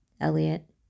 Elliot